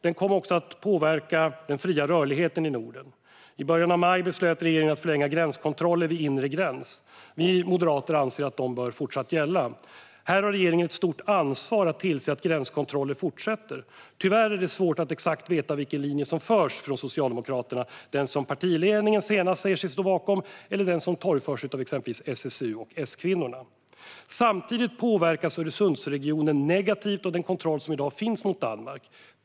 Den kom också att påverka den fria rörligheten i Norden. I början av maj beslöt regeringen att förlänga gränskontroller vid inre gräns. Vi moderater anser att de fortsatt bör gälla. Här har regeringen ett stort ansvar att tillse att gränskontroller fortsätter. Tyvärr är det svårt att exakt veta vilken linje som Socialdemokraterna för: den partiledningen säger sig senast stå bakom eller den som torgförs av exempelvis SSU och S-kvinnorna. Samtidigt påverkas Öresundsregionen negativt av den kontroll som i dag finns mot Danmark.